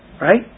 right